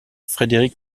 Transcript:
frederic